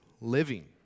living